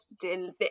delicious